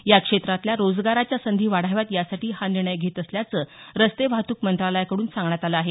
या क्षेत्रातल्या रोजगाराच्या संधी वाढाव्यात यासाठी हा निर्णय घेत असल्याचं रस्ते वाहतुक मंत्रालयाकडून सांगण्यात आलं आहे